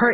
her